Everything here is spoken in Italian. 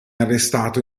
arrestato